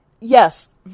Yes